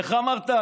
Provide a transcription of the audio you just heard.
איך אמרת,